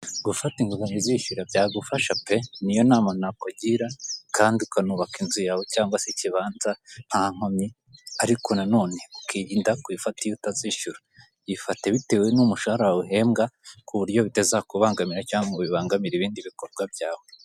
Gufata inguzanyo uzishyura byagufasha pe niyo nakugira kandi ukanubaka inzu yawe cyangwa se ikibanza nta nkomyi ariko na none ukirinda gufata iyo utazishyura, yifate bitewe n'umushahara wawe uhembwa ku buryo bitazakubangamira cyangwa ngo bibangamire ibindi bikorwa byawe.